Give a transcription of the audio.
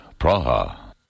Praha